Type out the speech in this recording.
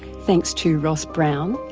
thanks to ross brown,